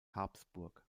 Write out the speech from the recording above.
habsburg